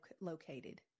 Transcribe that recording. located